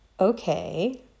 Okay